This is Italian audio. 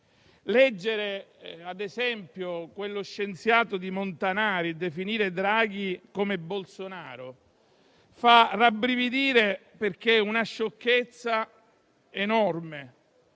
leggere quello scienziato di Montanari definire Draghi come Bolsonaro fa rabbrividire, perché è una sciocchezza enorme.